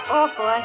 awful